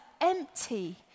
empty